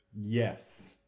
Yes